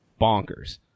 bonkers